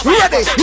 ready